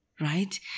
right